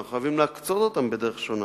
אנחנו חייבים להקצות אותם בדרך שונה.